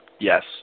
Yes